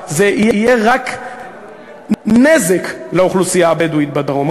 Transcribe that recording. זה יהיה רק נזק לאוכלוסייה הבדואית בדרום.